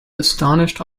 astonished